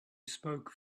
spoke